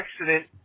accident